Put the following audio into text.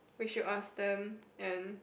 we should ask them and